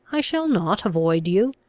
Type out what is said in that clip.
i shall not avoid you.